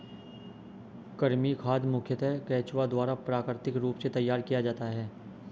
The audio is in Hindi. कृमि खाद मुखयतः केंचुआ द्वारा प्राकृतिक रूप से तैयार किया जाता है